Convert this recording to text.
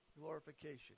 glorification